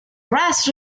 rest